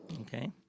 Okay